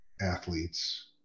athletes